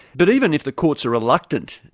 but even if the courts are reluctant,